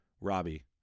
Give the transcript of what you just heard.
Robbie